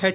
H